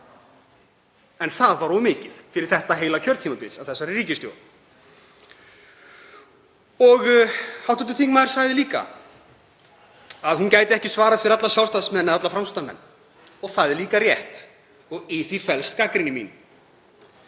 en það var of mikið fyrir þetta heila kjörtímabil hjá þessari ríkisstjórn. Hv. þingmaður sagði líka að hún gæti ekki svarað fyrir alla Sjálfstæðismenn eða alla Framsóknarmenn, og það er líka rétt og í því felst gagnrýni mín.